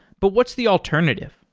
but what's the alternative?